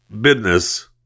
business